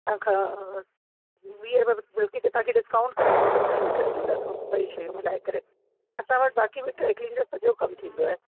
अघु वीह रुपया बल्कि तव्हां खे डिस्काउंट करे टू फ़िफ़्टी में करे ॾींदासीं ॿई शयूं मिलाए करे असां वटि बाकी बि ड्रायक्लीन जो सॼो कमु थींदो आहे